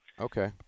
Okay